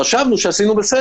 חשבנו שעשינו טוב.